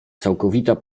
całkowita